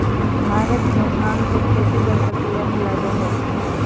भारत में भांग के खेती पर प्रतिबंध लगल हइ